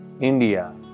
India